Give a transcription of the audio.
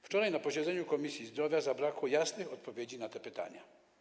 Wczoraj na posiedzeniu Komisji Zdrowia zabrakło jasnych odpowiedzi na te pytania.